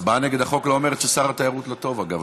הצבעה נגד החוק לא אומרת ששר התיירות לא טוב, אגב.